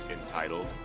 entitled